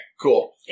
cool